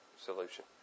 solution